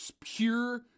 pure